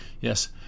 yes